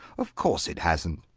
of course, it hasn't.